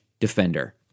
Defender